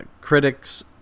Critics